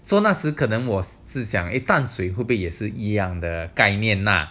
so 那时可能我是想 eh 潭水也是一样的概念啦